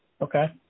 Okay